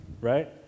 right